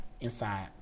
inside